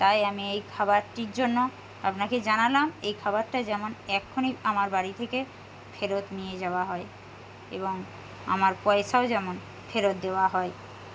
তাই আমি এই খাবারটির জন্য আপনাকে জানালাম এই খাবারটা যেমন এক্ষুনি আমার বাড়ি থেকে ফেরত নিয়ে যাওয়া হয় এবং আমার পয়সাও যেমন ফেরত দেওয়া হয়